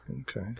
Okay